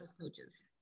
coaches